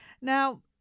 Now